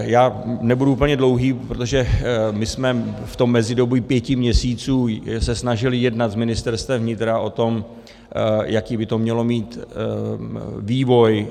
Já nebudu úplně dlouhý, protože my jsme v tom mezidobí pěti měsíců se snažili jednat s Ministerstvem vnitra o tom, jaký by to mělo mít vývoj.